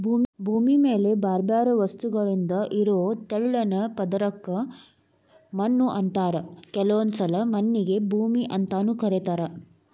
ಭೂಮಿ ಮ್ಯಾಲೆ ಬ್ಯಾರ್ಬ್ಯಾರೇ ವಸ್ತುಗಳಿಂದ ಇರೋ ತೆಳ್ಳನ ಪದರಕ್ಕ ಮಣ್ಣು ಅಂತಾರ ಕೆಲವೊಂದ್ಸಲ ಮಣ್ಣಿಗೆ ಭೂಮಿ ಅಂತಾನೂ ಕರೇತಾರ